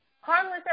Harmless